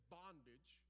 bondage